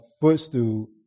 footstool